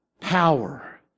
power